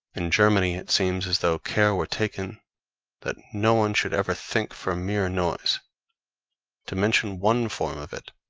in germany it seems as though care were taken that no one should ever think for mere noise to mention one form of it,